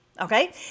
Okay